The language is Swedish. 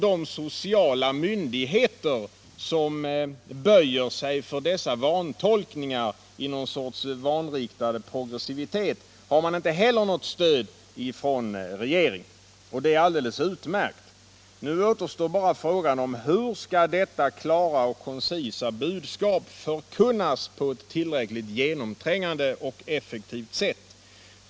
De sociala myndigheter som böjer sig för sådana vantolkningar i någon sorts missriktad progressivitet har inte heller något stöd från regeringen. Det är alldeles utmärkt. Nu återstår bara frågan: Hur skall detta klara och koncisa budskap förkunnas på ett tillräckligt genomträngande och effektivt sätt?